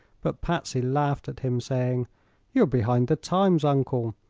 but patsy laughed at him, saying you are behind the times, uncle.